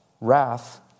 wrath